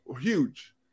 huge